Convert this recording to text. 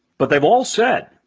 but they've all said,